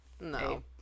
no